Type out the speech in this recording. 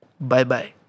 Bye-bye